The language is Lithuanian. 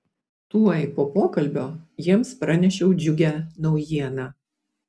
tuoj po pokalbio jiems pranešiau džiugią naujieną